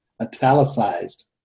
italicized